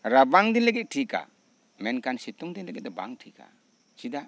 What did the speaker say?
ᱨᱟᱵᱟᱝ ᱫᱤᱱ ᱞᱟᱹᱜᱤᱫ ᱴᱷᱤᱠᱟ ᱢᱮᱱᱠᱷᱟᱱ ᱥᱤᱛᱩᱝ ᱫᱤᱱ ᱞᱟᱹᱜᱤᱫ ᱫᱚ ᱵᱟᱝ ᱴᱷᱤᱠᱟ ᱪᱮᱫᱟᱜ